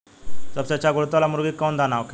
सबसे अच्छा गुणवत्ता वाला मुर्गी के कौन दाना होखेला?